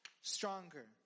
stronger